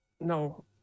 no